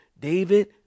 David